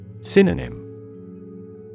Synonym